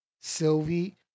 Sylvie